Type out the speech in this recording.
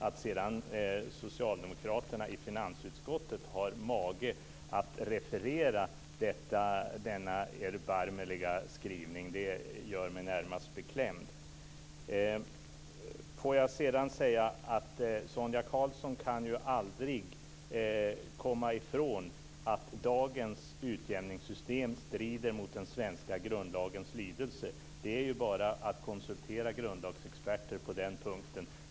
Att sedan socialdemokraterna i finansutskottet har mage att referera denna erbarmliga skrivning gör mig närmast beklämd. Får jag sedan säga att Sonia Karlsson aldrig kan komma ifrån att dagens utjämningssystem strider mot den svenska grundlagens lydelse. Det är bara att konsultera grundlagsexperter på den punkten.